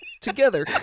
together